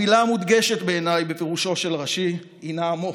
המילה המודגשת בעיניי בפירושו של רש"י הינה "עמו".